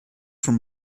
from